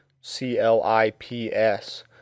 C-L-I-P-S